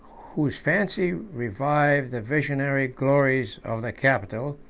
whose fancy revived the visionary glories of the capitol,